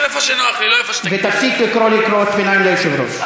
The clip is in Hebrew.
לשבת פה ולהגיד שאתה תעבור על החוק,